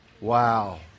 Wow